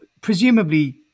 presumably